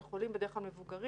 אלה חולים מבוגרים בדרך כלל,